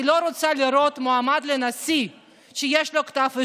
אני לא רוצה לראות מועמד לנשיא שיש לו כתב אישום.